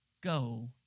go